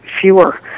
fewer